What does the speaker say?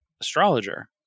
astrologer